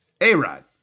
A-Rod